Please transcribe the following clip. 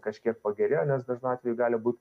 kažkiek pagerėjo nes dažnu atveju gali būt